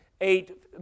eight